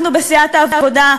אנחנו בסיעת העבודה,